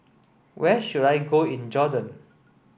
where should I go in Jordan